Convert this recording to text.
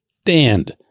stand